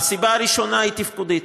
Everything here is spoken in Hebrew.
הסיבה הראשונה היא תפקודית.